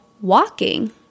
walking